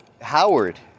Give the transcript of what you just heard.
Howard